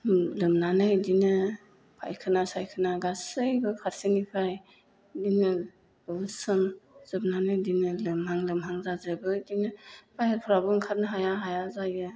लोमनानै इदिनो फायखायना सायखाना गासैबो फारफ्रोमनिफ्राय इदिनो लुसोमजोबनानै इदिनो लोमहां लोमहां जाजोबो इदिनो बाहेराफ्रावबो ओंखारनो हाया हाया जायो